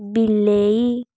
ବିଲେଇ